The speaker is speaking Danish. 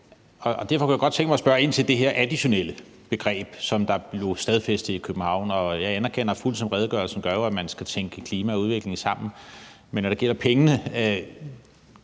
og derfor kunne jeg godt tænke mig at spørge ind til det her begreb om det additionelle, som blev stadfæstet i København. Jeg anerkender fuldt ud, ligesom redegørelsen gør, at man skal tænke klima og udvikling sammen, men når det gælder pengene,